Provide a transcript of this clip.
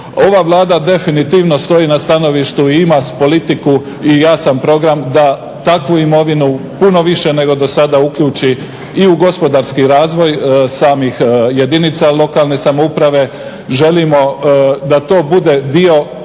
Ova Vlada definitivno stoji na stanovištu i ima politiku i jasan program da takvu imovinu puno više nego do sada uključi i u gospodarski razvoj samih jedinica lokalne samouprave. Želimo da to bude dio